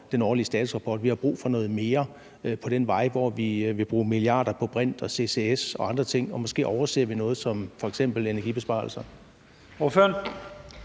den årlige statusrapport. Vi har brug for noget mere på den vej, hvor vi vil bruge milliarder på brint og ccs og andre ting, og måske overser vi noget, f.eks. energibesparelser.